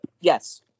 Yes